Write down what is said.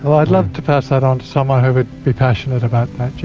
um i'd love to pass that on to someone who would be passionate about that yes.